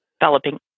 developing